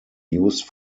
used